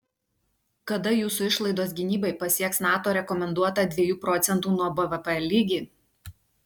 kada jūsų išlaidos gynybai pasieks nato rekomenduotą dviejų procentų nuo bvp lygį